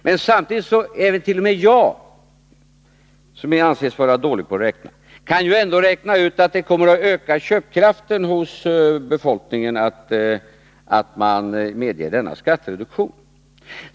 Men t.o.m. jag, som ju anses vara dålig på att räkna, kan räkna ut att det kommer att öka köpkraften hos befolkningen att medge denna skattereduktion.